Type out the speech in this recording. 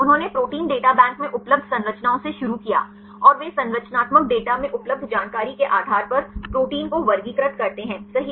उन्होंने protein data bank में उपलब्ध संरचनाओं से शुरू किया और वे संरचनात्मक डेटा में उपलब्ध जानकारी के आधार पर प्रोटीन को वर्गीकृत करते हैं सही